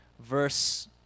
verse